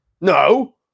no